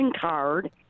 card